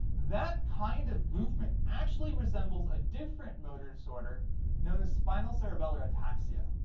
that kind of movement actually resembles a different motor disorder known as spinocerebellar ataxia.